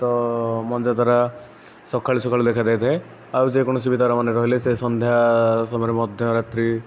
ତ ମଞ୍ଜାତାରା ସକାଳୁ ସକାଳୁ ଦେଖାଦେଇଥାଏ ଆଉ ଯେକୌଣସି ବି ତାରାମାନେ ବି ରହିଲେ ସେ ସନ୍ଧ୍ୟା ସମୟରେ ମଧ୍ୟରାତ୍ରି